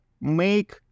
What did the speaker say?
make